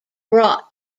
brought